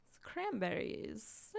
Cranberries